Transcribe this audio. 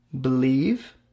Believe